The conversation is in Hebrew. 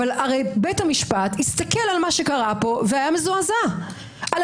אבל בית המשפט הסתכל על מה שקרה פה והיה מזועזע על